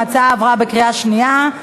ההצעה עברה בקריאה שנייה.